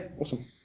awesome